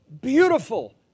beautiful